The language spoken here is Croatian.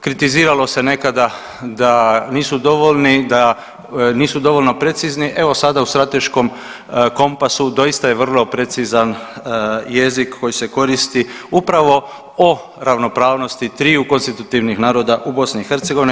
Kritiziralo se nekada da nisu dovoljni, da nisu dovoljno precizni, evo sada u strateškom kompasu doista je vrlo precizan jezik koji se koristi upravo o ravnopravnosti tri konstitutivnih naroda u BiH.